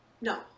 no